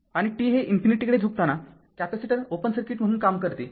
आणि t हे ∞ कडे झुकताना कॅपेसिटर ओपन सर्किट म्हणून काम करते